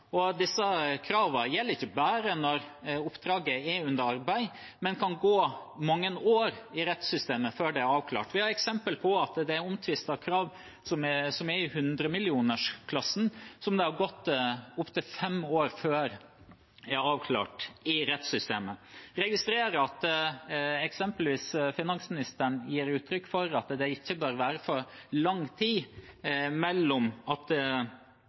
Disse kravene gjelder ikke bare når oppdraget er under arbeid, men kan gå mange år i rettssystemet før det er avklart. Vi har eksempel på omtvistede krav i hundremillionersklassen der det har gått opp til fem år før de er avklart i rettssystemet. Jeg registrerer at eksempelvis finansministeren gir uttrykk for at det ikke bør være for lang tid mellom innberetning og at